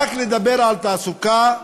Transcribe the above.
לדבר רק על תעסוקה,